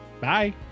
Bye